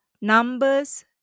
numbers